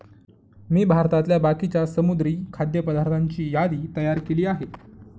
मी भारतातल्या बाकीच्या समुद्री खाद्य पदार्थांची यादी तयार केली आहे